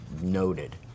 noted